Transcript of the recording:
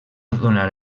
donar